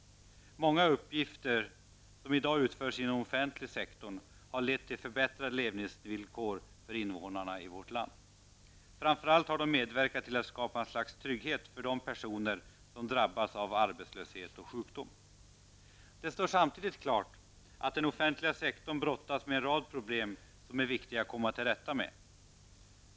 Många uppgifter som i dag utförs inom den offentliga sektorn har lett till förbättrade levnadsvillkor för invånarna i vårt land. Framför allt har de medverkat till att skapa ett slags trygghet för personer som drabbats av arbetslöshet eller sjukdom. Det står samtidigt klart att den offentliga sektorn brottas med en rad problem som är viktiga att komma till rätta med.